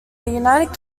united